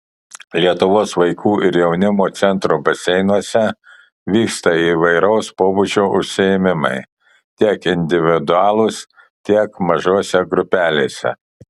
lietuvos vaikų ir jaunimo centro baseinuose vyksta įvairaus pobūdžio užsiėmimai tiek individualūs tiek mažose grupelėse